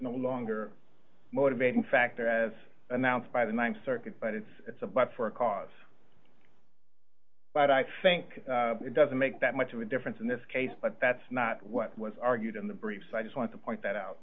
no longer motivating factor as announced by the th circuit but it's it's a but for a cause but i think it doesn't make that much of a difference in this case but that's not what was argued in the briefs i just want to point that out